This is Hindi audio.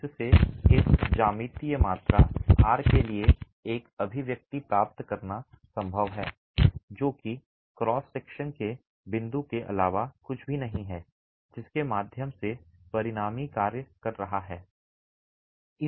जिससे इस ज्यामितीय मात्रा r के लिए एक अभिव्यक्ति प्राप्त करना संभव है जो कि क्रॉस सेक्शन के बिंदु के अलावा कुछ भी नहीं है जिसके माध्यम से परिणामी कार्य कर रहा है सही